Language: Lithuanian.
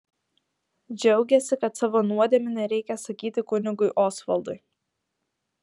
džiaugėsi kad savo nuodėmių nereikia sakyti kunigui osvaldui